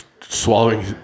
swallowing